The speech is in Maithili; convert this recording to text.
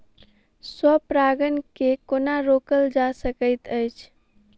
स्व परागण केँ कोना रोकल जा सकैत अछि?